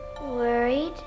Worried